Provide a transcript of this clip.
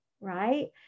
right